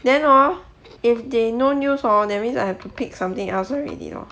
then hor if they no news hor that means I have to pick something else already lor